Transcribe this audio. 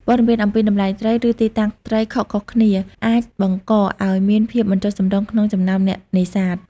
ព័ត៌មានអំពីតម្លៃត្រី ឬទីតាំងត្រីខុសៗគ្នាអាចបង្កឱ្យមានភាពមិនចុះសម្រុងក្នុងចំណោមអ្នកនេសាទ។